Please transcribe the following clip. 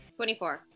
24